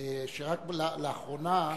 שרק לאחרונה,